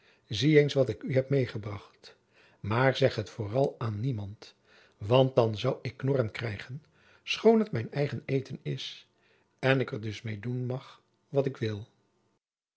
zie eens wat ik u heb meêgebracht maar zeg het vooral aan niemand want dan zoû ik knorren krijgen schoon het mijn eigen eten is en ik er dus meê doen mag wat ik wil